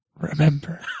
Remember